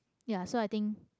ya so I think